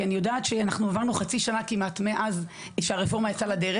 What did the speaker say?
כי אני יודעת שאנחנו עברנו חצי שנה מאז שהרפורמה יצאה לדרך,